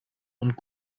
und